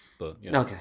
Okay